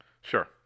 Sure